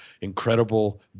incredible